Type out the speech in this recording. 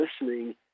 listening